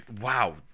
wow